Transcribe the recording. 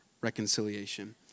reconciliation